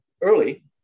early